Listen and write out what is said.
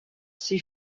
ces